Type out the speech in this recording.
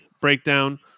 Breakdown